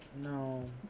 No